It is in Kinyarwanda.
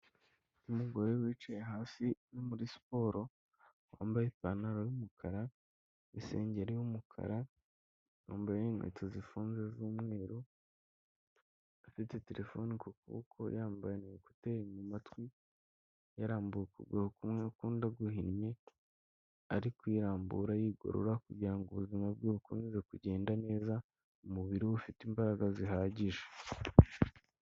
Umugore wicaye hasi uri muri siporo, wambaye ipantaro y'umukara, isengeri y'umukara, wambaye n'inkweto zifunze z'umweru, afite telefone ku kuboko yambaye na ekuteri mu matwi, yarambuye ukuguru kumwe akundi aguhinnye, ari kwirambura yigorora kugira ngo ubuzima bwe bukomeze kugenda neza, umubiri we ufite imbaraga zihagije.